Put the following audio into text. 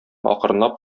акрынлап